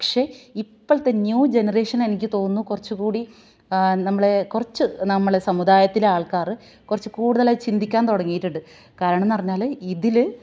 പക്ഷേ ഇപ്പോഴത്തെ ന്യൂ ജനറേഷനെനിക്ക് തോന്നുന്നു കുറച്ചുകൂടി നമ്മളെ കുറച്ചു നമ്മളെ സമുദായത്തിലെ ആള്ക്കാറു കുറച്ചു കൂടുതലായി ചിന്തിക്കാന് തുടങ്ങീട്ടുണ്ട് കാരണംന്നറഞ്ഞാൽ ഇതിൽ